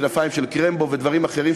"כנפיים של קרמבו" ודברים אחרים,